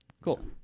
Cool